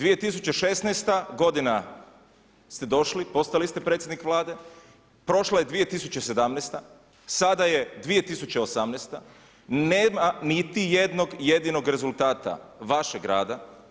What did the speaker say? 2016. godina ste došli, postali ste predsjednik Vlade, prošla je 2017., sada je 2018. nema niti jednog jedinog rezultata vašeg rada.